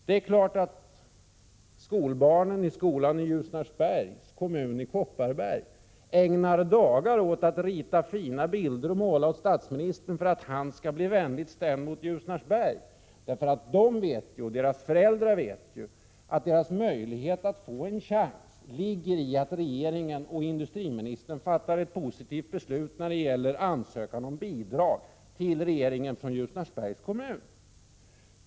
Det är klart att barnen i skolan i Ljusnarsbergs kommun i Kopparberg ägnar dagar åt att rita fina bilder till statsministern för att han skall bli vänligt stämd mot Ljusnarsberg. De vet, och deras föräldrar vet, att deras möjlighet att få en chans ligger i att industriministern och regeringen fattar ett positivt beslut när det gäller ansökan om bidrag till Ljusnarsbergs kommun.